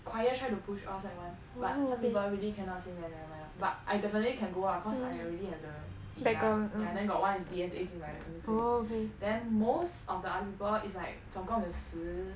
choir try to push all sec one but some people really cannot sing then never mind lah but I definitely can go lah cause I already have the 地呀 yeah then got one is D_S_A 进来的 confirm 可以 then most of the other people is like 总共有十